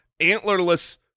antlerless